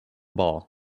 ball